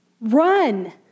run